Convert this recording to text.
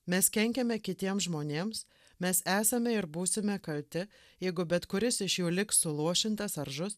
mes kenkiame kitiem žmonėms mes esame ir būsime kalti jeigu bet kuris iš jų liks suluošintas ar žus